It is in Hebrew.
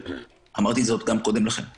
עומדים גם הם לנגד